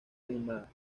animada